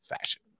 fashion